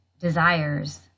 desires